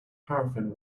paraffin